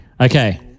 Okay